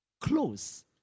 close